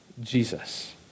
Jesus